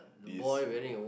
this uh